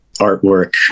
artwork